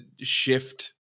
shift